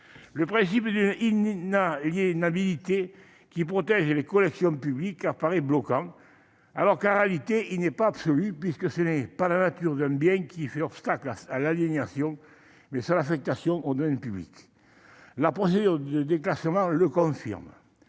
Le principe d'inaliénabilité, qui protège les collections publiques, apparaît bloquant, alors que, en réalité, il n'est pas absolu. En effet, ce n'est pas la nature d'un bien qui fait obstacle à l'aliénation ; c'est son affectation au domaine public. La procédure de déclassement le confirme.